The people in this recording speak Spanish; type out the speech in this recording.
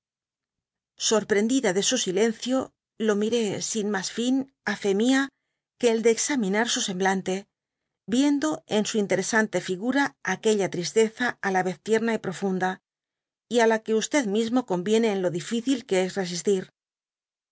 sorprefaendida de su silencio lo miré sin mas fin á fe mia que el de examinar su semblante viendo en su interesante ognra aqueha tristeza á layez tierna y profunda y á la que mismo conviene en lo difícil que es resistir